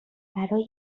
برای